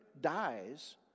dies